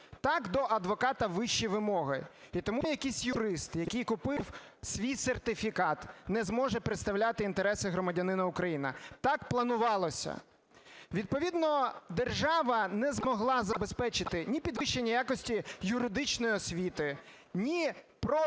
Так, до адвоката вищі вимоги. І тому якийсь юрист, який купив свій сертифікат, не зможе представляти інтереси громадянина України. Так планувалося. Відповідно держава не змогла забезпечити ні підвищення якості юридичної освіти, ні прослідкувати,